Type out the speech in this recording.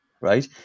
right